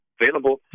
available